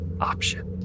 option